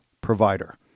provider